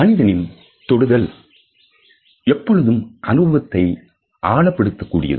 மனிதனின் தொடுதல் எப்பொழுதும் அனுபவத்தை ஆழப்படுத்த கூடியது